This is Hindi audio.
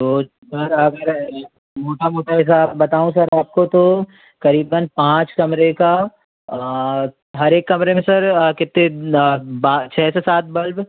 तो सर आप मेरा मोटा मोटा हिसाब बताऊँ सर आपको तो करीबन पाँच कमरे का हर एक कमरे में सर कितने छः से सात बल्ब